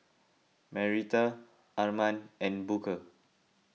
Marietta Arman and Booker